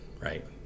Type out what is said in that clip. right